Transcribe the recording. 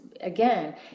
again